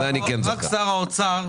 רק שר האוצר,